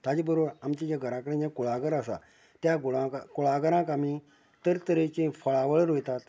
ताचे बरोबर आमचे जे घरां कडेन जे कुळागर आसा त्या कुळागर कुळागराक आमी तरतरेची फळांवळ रोंयतात